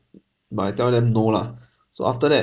b~ but I tell them no lah so after that